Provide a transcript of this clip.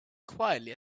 quietly